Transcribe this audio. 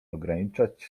ograniczać